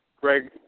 Greg